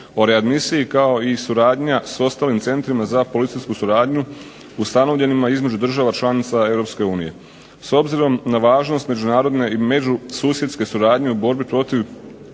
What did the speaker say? ne razumije./... kao i suradnja sa ostalim centrima za policijsku suradnju ustanovljenima između država članica Europske unije. S obzirom na važnost međunarodne i međususjedske suradnje u borbi protiv